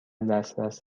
دسترس